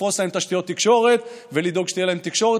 לפרוש להם תשתיות תקשורת ולדאוג שתהיה להם תקשורת